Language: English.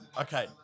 Okay